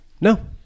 No